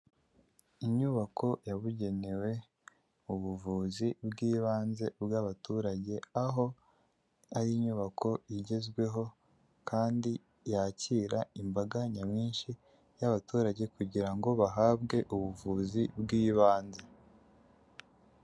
Inyubako yabugenewe, ubuvuzi bw'ibanze bw'abaturage, aho ari inyubako igezweho kandi yakira imbaga nyamwinshi y'abaturage kugirango ngo bahabwe ubuvuzi bw'ibanze.